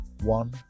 One